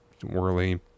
whirly